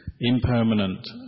impermanent